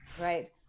right